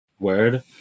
word